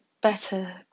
better